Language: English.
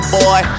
boy